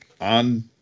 on